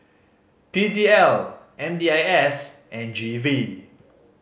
P D L M D I S and G V